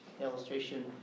illustration